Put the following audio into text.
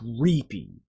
creepy